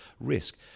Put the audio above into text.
risk